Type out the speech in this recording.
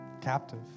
captive